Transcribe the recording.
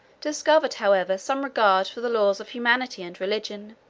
discovered, however, some regard for the laws of humanity and religion.